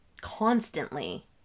constantly